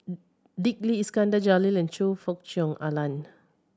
Dick Lee Iskandar Jalil Choe Fook Cheong Alan